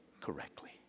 correctly